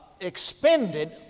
Expended